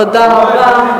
תודה רבה.